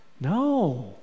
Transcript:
No